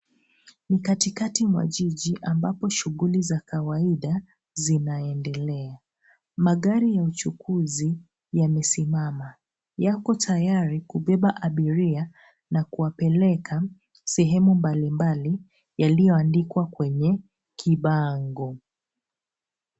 Ni katikati mwa jiji ambapo shughuli za kawaida zinaendelea. Magari ya uchukuzi yamesimama. Yako tayari kubeba abiria na kuwapeleka sehemu mbalimbali yaliyoandikwa kwenye kibango.